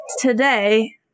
today